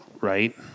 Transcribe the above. right